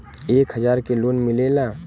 एक हजार के लोन मिलेला?